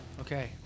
Okay